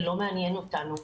ולא מעניין אותנו,